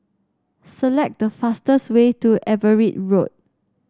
select the fastest way to Everitt Road